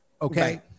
Okay